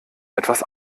etwas